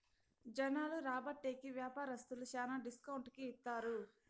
జనాలు రాబట్టే కి వ్యాపారస్తులు శ్యానా డిస్కౌంట్ కి ఇత్తారు